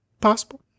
Possible